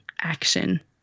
action